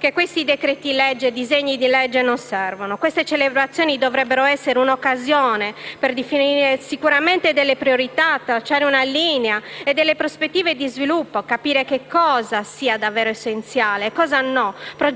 che disegni di legge come quello in esame non servono. Queste celebrazioni dovrebbero essere un'occasione per ridefinire sicuramente delle priorità, tracciare una linea e delle prospettive di sviluppo, capire cosa sia davvero essenziale e cosa no, progettare